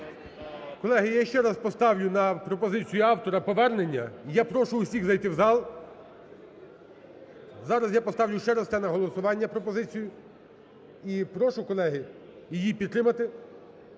Колеги, я ще раз поставлю на пропозицію автора повернення. І я прошу усіх зайти в зал, зараз я поставлю ще раз цю на голосування пропозицію і прошу, колеги, її підтримати.